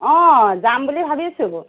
অঁ যাম বুলি ভাবিছোঁ